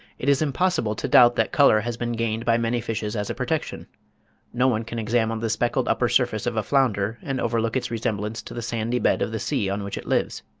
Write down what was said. it is impossible to doubt that colour has been gained by many fishes as a protection no one can examine the speckled upper surface of a flounder, and overlook its resemblance to the sandy bed of the sea on which it lives.